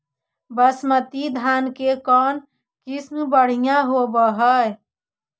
बासमती धान के कौन किसम बँढ़िया होब है?